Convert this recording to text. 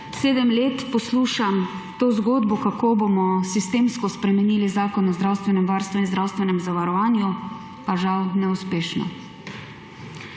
sedem let poslušam to zgodbo, kako bomo sistemsko spremenili Zakon o zdravstvenem varstvu in zdravstvenem zavarovanju, pa žal neuspešno.